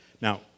Now